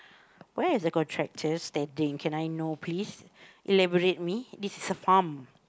where is the contractor standing can I know please elaborate me this is a farm